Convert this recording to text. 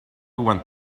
went